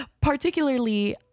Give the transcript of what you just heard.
Particularly